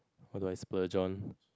what do I splurge on